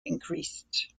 increased